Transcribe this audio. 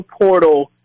portal